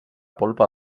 polpa